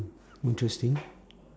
interesting